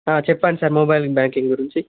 చెప్పండి sir mobile banking గురించి